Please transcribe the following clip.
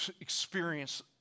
experience